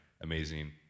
amazing